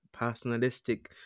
personalistic